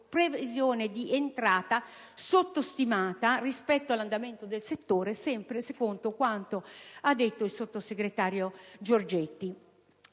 previsione di entrata sottostimata rispetto all'andamento del settore, sempre secondo quanto ha sostenuto il sottosegretario Giorgetti.